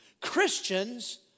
Christians